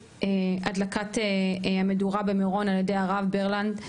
הדלקת המדורה במירון על ידי הרב ברלנד.